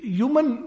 human